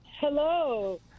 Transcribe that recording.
hello